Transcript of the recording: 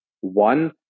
One